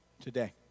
today